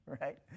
right